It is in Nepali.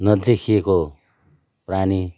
नदेखिएको प्राणी